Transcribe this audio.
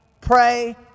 pray